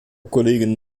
kollegin